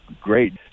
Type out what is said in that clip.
great